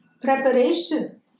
preparation